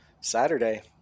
Saturday